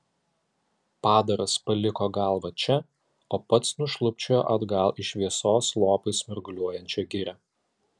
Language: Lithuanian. padaras paliko galvą čia o pats nušlubčiojo atgal į šviesos lopais mirguliuojančią girią